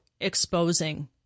exposing